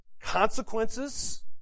consequences